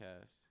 cast